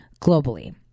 globally